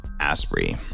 Asprey